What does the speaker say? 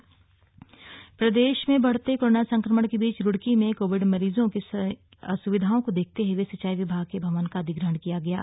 प्रदीप बत्रा प्रदेश में बढ़ते कोरोना संक्रमण के बीच रुड़की में कोविड मरीजो की असुविधाओं को देखते हुए सिंचाई विभाग के भवन का अधिग्रहण किया गया है